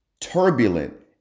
turbulent